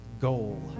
goal